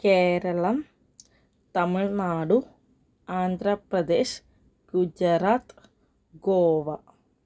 Keralam Tamil Nadu Andhra Pradesh Gujarat Goa